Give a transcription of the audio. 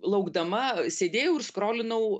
laukdama sėdėjau ir skrolinau